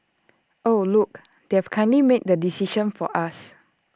oh look they have kindly made the decision for us